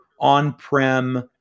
on-prem